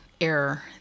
error